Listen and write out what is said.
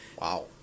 Wow